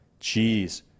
Jeez